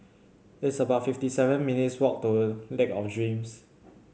it's about fifty seven minutes' walk to Lake of Dreams